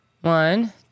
One